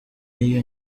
iyo